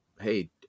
hey